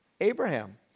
Abraham